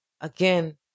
again